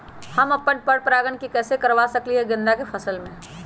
हम पर पारगन कैसे करवा सकली ह गेंदा के फसल में?